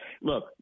look